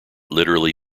literally